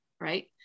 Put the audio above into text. right